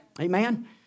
Amen